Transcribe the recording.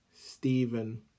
Stephen